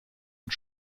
und